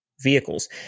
vehicles